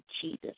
Jesus